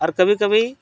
ᱟᱨ ᱠᱟᱵᱷᱤ ᱠᱟᱵᱷᱤ